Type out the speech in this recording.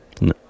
No